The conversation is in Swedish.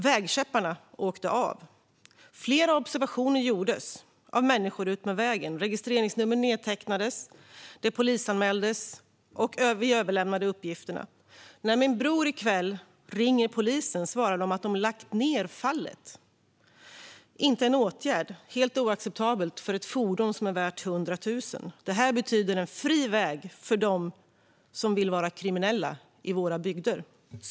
Vägkäpparna åkte av. Flera observationer gjordes av människor utmed vägen. Registreringsnummer nedtecknades, det polisanmäldes och vi överlämnade uppgifterna. När min bror i kväll ringer polisen svarar de att de lagt ned fallet utan åtgärd - helt oacceptabelt för ett fordon som är värt 100 000. Det här betyder fri väg för dem som vill vara kriminella i våra bygder.